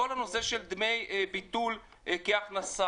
כל הנושא של דמי ביטול כהכנסה,